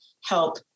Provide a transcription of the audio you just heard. help